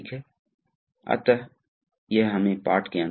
तो यह है यह पिछले तीन चार स्लाइड्स से